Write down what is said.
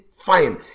fine